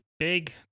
big